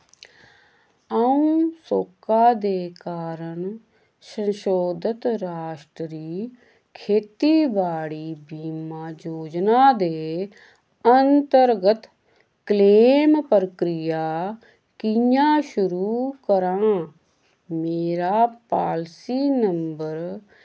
अ'ऊं सोका दे कारण संशोधत राश्ट्री खेती बाड़ी बीमा योजना दे अंतर्गत क्लेम प्रक्रिया कि'यां शुरू करां मेरा पालसी नंबर